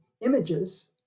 images